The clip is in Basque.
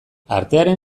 artearen